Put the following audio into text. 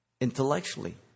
intellectually